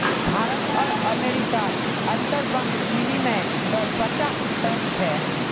भारत आर अमेरिकार अंतर्बंक विनिमय दर पचाह्त्तर छे